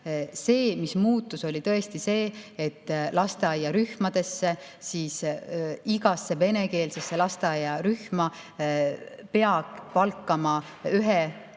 See, mis muutus, oli tõesti see, et lasteaiarühmadesse, igasse venekeelsesse lasteaiarühma peab palkama